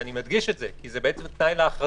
ואני מדגיש את זה, כי זה תנאי להכרזה.